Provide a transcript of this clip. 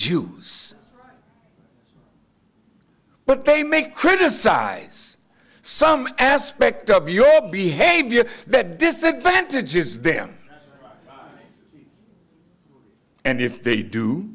jews but they may criticize some aspect of your behavior that disadvantages them and if they do